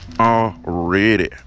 Already